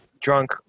drunk